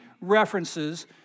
references